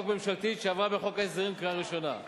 ממשלתית שעברה בחוק ההסדרים בקריאה ראשונה.